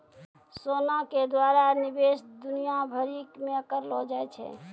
सोना के द्वारा निवेश दुनिया भरि मे करलो जाय छै